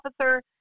officer